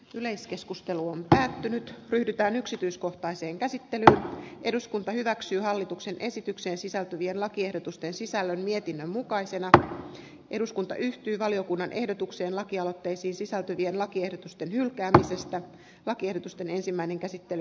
yleiskeskustelu on päättynyt ryhdytään yksityiskohtaisen käsittelyn eduskunta hyväksyy hallituksen esitykseen sisältyvien lakiehdotusten sisällön vietin mukaisena eduskunta yhtyi valiokunnan ehdotuksen lakialoitteisiin sisältyvien lakiesitysten hylkäämisestä lakiehdotusten ensimmäinen käsittely